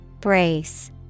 Brace